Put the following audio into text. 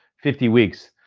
fifty weeks.